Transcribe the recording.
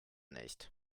nicht